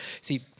See